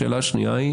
השאלה השנייה,